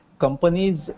Companies